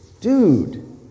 dude